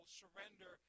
surrender